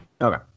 Okay